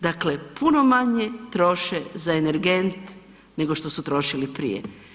Dakle puno manje troše za energent nego što su trošili prije.